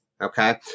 Okay